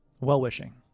well-wishing